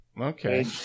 Okay